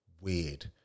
weird